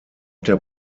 der